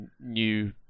new